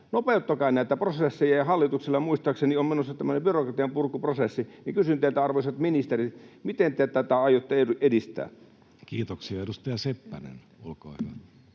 Nopeuttakaa näitä prosesseja. Ja kun hallituksella muistaakseni on menossa tämmöinen byrokratianpurkuprosessi, niin kysyn teiltä, arvoisat ministerit: miten te tätä aiotte edistää? Kiitoksia. — Edustaja Seppänen, olkaa hyvä.